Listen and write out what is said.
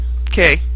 Okay